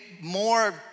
more